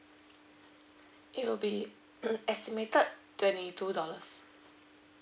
it will be hmm estimated twenty two dollars